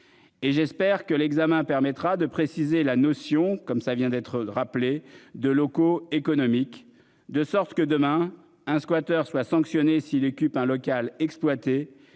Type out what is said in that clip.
Et j'espère que l'examen permettra de préciser la notion comme ça vient d'être rappelé de locaux économique, de sorte que demain un squatteur soit sanctionné. Si l'équipe un local exploité